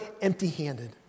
empty-handed